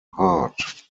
hart